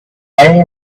eye